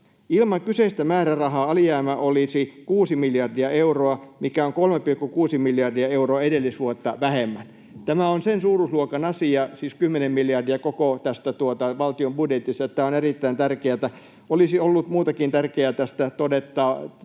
Ilman kyseistä määrärahaa alijäämä olisi kuusi miljardia euroa, mikä on 3,6 miljardia euroa edellisvuotta vähemmän.” Tämä on sen suuruusluokan asia — siis 10 miljardia koko tästä valtion budjetista — että tämä on erittäin tärkeätä. Olisi ollut muutakin tärkeää tästä todeta.